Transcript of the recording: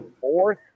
fourth